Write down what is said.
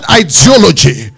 ideology